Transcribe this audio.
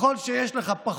שהייתה באמת מכה